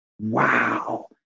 wow